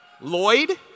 Lloyd